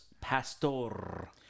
pastor